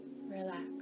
relax